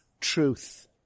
truth